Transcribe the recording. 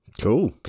Cool